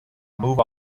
move